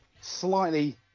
slightly